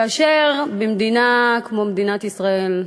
כאשר מדינה כמו מדינת ישראל,